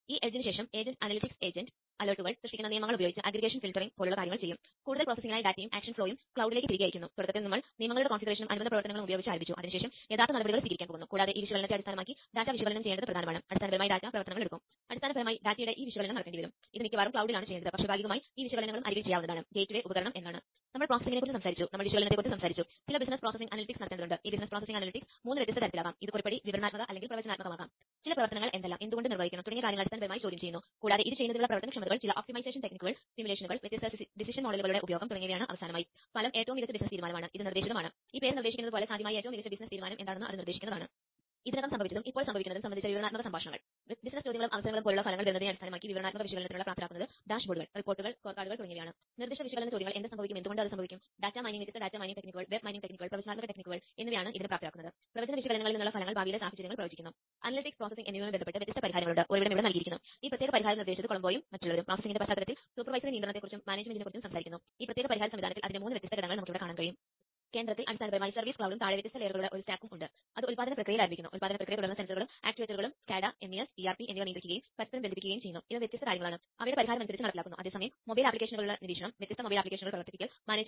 ഈ ഉപകരണങ്ങൾ കണ്ടെത്തിയതിനുശേഷം പോർട്ട് ഐഡി ചെയ്യേണ്ടിവരും ഇവിടെ പേരുകൾ നോഡ് 1 നോഡ് 3 എന്നിവയാണ് എന്നാൽ നിങ്ങൾക്ക് മാറ്റാൻ കഴിയും നിങ്ങൾക്ക് ഇവിടെ ഈ ഉപകരണങ്ങളുടെ പേരുകൾ മാറ്റാം